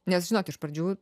nes žinot iš pradžių